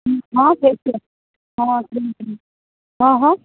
હા થઇ જશે હા હા